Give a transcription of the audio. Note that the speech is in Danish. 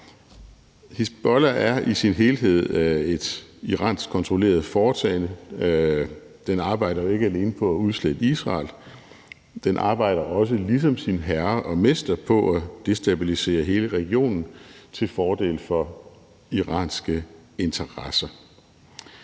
Hizbollah er i sin helhed et iransk kontrolleret foretagende. Den arbejder jo ikke alene på at udslette Israel, men den arbejder ligesom sin herre og mester også på at destabilisere hele regionen til fordel for iranske interesser.